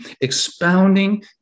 expounding